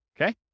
okay